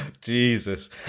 Jesus